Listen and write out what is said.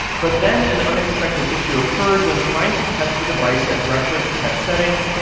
but then an unexpected issue occurred when trying to test the device at reference test settings,